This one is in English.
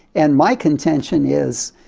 and my contention is,